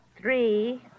three